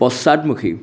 পশ্চাদমুখী